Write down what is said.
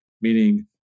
meaning